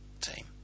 team